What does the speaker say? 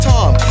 Tom